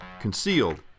concealed